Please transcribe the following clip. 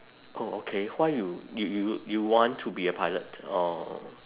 oh okay why you you you you want to be a pilot orh